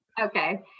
Okay